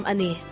Ani